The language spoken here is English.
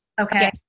Okay